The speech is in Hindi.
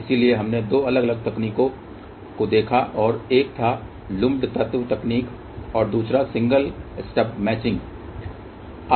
इसलिए हमने दो अलग अलग तकनीकों को देखा एक था लूम्पड तत्व तकनीक और दूसरा सिंगल स्टब मैचिंग था